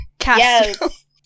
Yes